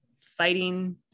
fighting